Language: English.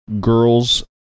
girl's